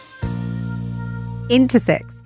Intersex